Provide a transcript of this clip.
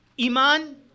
Iman